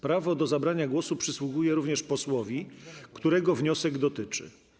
Prawo do zabrania głosu przysługuje również posłowi, którego wniosek dotyczy.